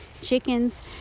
Chickens